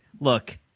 look